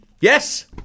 Yes